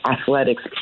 athletics